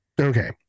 Okay